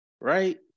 Right